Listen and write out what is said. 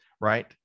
Right